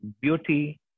beauty